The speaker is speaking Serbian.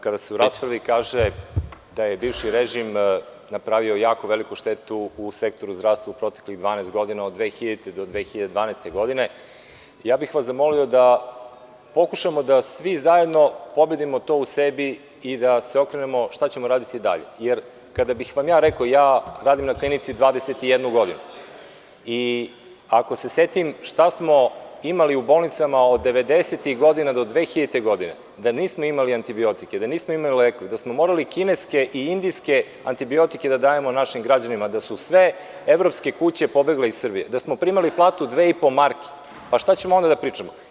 Kada se u raspravi kaže da je bivši režim napravio jako veliku štetu u sektoru zdravstva u proteklih 12 godina, od 2000. do 2012. godine, zamolio bih vas da pokušamo da svi zajedno pobedimo to u sebi i da se okrenemo šta ćemo raditi dalje, jer kada bih vam rekao, radim na klinici 21 godinu, ako se setim šta smo imali u bolnicama od 90-tih godina do 2000. godine, da nismo imali antibiotike, da nismo imali lekove, da smo morali kineske i indijske antibiotike da dajemo našim građanima, da su sve evropske kuće pobegle iz Srbije, da smo primali platu 2,5 marke, pa šta ćemo onda da pričamo.